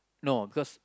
no because